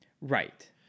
Right